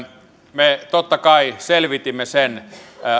me totta kai selvitimme sen